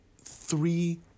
three